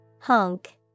Honk